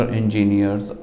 engineers